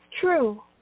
true